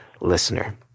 listener